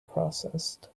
processed